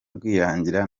rwirangira